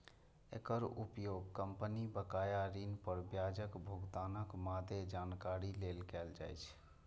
एकर उपयोग कंपनी बकाया ऋण पर ब्याजक भुगतानक मादे जानकारी लेल कैल जाइ छै